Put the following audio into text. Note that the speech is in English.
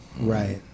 Right